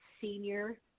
senior